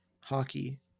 hockey